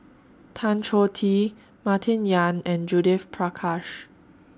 Tan Choh Tee Martin Yan and Judith Prakash